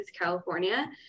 California